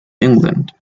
england